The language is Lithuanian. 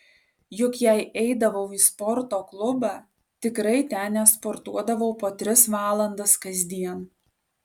juk jei eidavau į sporto klubą tikrai ten nesportuodavau po tris valandas kasdien